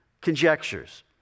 conjectures